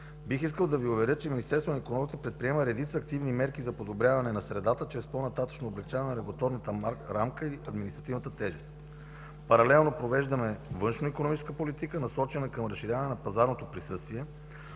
бих искал да Ви уверя, че Министерството на икономиката предприема редица активни мерки за подобряване на средата чрез по-нататъшно облекчаване на регулаторната рамка и административната тежест. Паралелно провеждаме външно-икономическа политика, насочена към разширяване на пазарното присъствие,